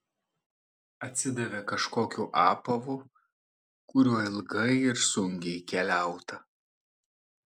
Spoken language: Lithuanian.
atsidavė kažkokiu apavu kuriuo ilgai ir sunkiai keliauta